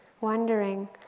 wondering